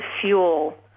fuel